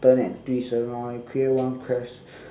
turn and twist around and create one ques~